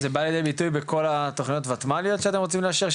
זה בא לידי ביטוי בכל התוכניות הוותמ"ליות שאתם רוצים לאשר,